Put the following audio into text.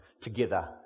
together